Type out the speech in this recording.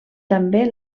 també